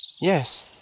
Yes